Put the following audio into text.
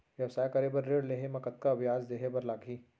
व्यवसाय करे बर ऋण लेहे म कतना ब्याज देहे बर लागही?